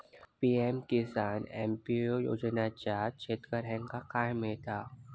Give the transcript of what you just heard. PM Kisan FPO योजनाच्यात शेतकऱ्यांका काय मिळता?